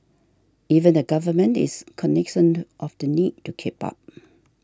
even the government is cognisant of the need to keep up